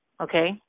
okay